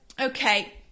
Okay